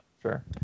sure